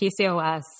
PCOS